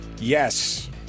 Yes